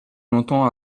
longtemps